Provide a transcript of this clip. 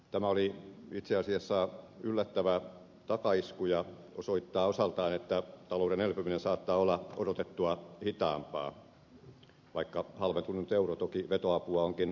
tämä oli itse asiassa yllättävä takaisku ja osoittaa osaltaan että talouden elpyminen saattaa olla odotettua hitaampaa vaikka halventunut euro toki vetoapua onkin antanut